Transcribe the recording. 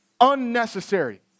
unnecessary